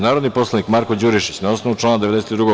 Narodni poslanik Marko Đurišić, na osnovu člana 92.